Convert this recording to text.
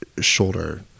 shoulder